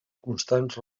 constants